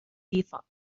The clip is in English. default